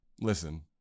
Listen